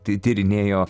ty tyrinėjo